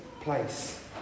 place